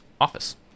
office